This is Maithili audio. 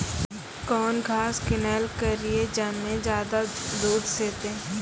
कौन घास किनैल करिए ज मे ज्यादा दूध सेते?